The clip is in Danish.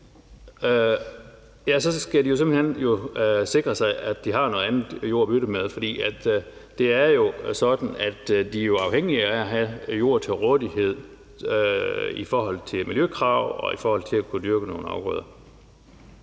drivhusgasser, og for simpelt hen at sikre sig, at de har noget andet jord at bytte med. Det er jo sådan, at de er afhængige af at have jord til rådighed i forhold til miljøkrav og i forhold til at kunne dyrke nogle afgrøder.